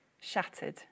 Shattered